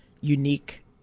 unique